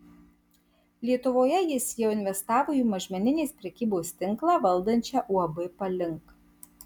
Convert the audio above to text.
lietuvoje jis jau investavo į mažmeninės prekybos tinklą valdančią uab palink